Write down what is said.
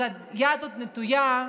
אז היד עוד נטויה,